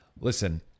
Listen